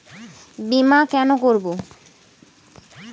বিমা কেন করব?